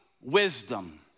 wisdom